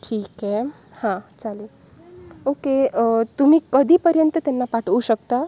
ठीक आहे हां चालेल ओके तुम्ही कधीपर्यंत त्यांना पाठवू शकता